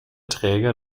träger